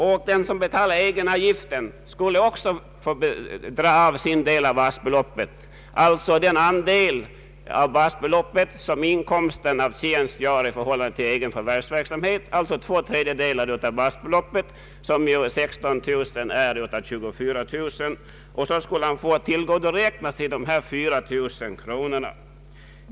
även den som betalade egenavgift skulle få dra av sin andel av basbeloppet, alltså den andel av basbeloppet som inkomsten av tjänst utgör i förhållande till egen förvärvsverksamhet. Två tredjedelar av basbeloppet 24000 kronor blir 16 000 kronor. Han skulle då få tillgodoräkna sig 4 000 kronor.